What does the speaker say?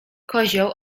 kozioł